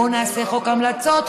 בוא נעשה חוק המלצות,